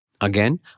Again